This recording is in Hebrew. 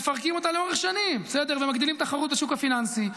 מפרקים אותה לאורך שנים ומגדילים תחרות בשוק הפיננסי.